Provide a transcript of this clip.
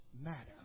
matter